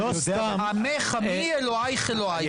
עמך עמי, אלוקייך אלוקיי.